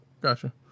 gotcha